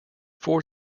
four